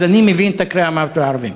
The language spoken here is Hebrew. אני מבין את הקריאה "מוות לערבים".